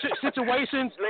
situations